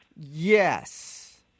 Yes